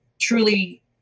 truly